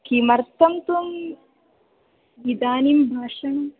किमर्थं त्वम् इदानीं भाषणम्